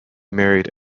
married